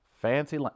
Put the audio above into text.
fancy